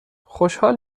خوشحال